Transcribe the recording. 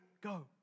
go